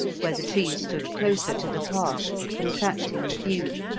where the trees stood closer to the path, contracting the view